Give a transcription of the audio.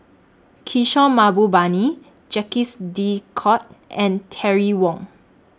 Kishore Mahbubani Jacques De Coutre and Terry Wong